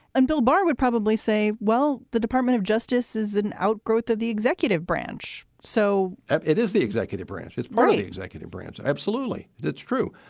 and bill barr would probably say, well, the department of justice is an outgrowth of the executive branch so it is the executive branch. it's part of the executive branch. absolutely. that's true.